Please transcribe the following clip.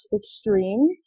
extreme